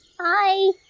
Hi